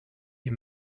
est